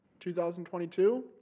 2022